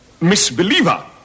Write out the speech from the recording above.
misbeliever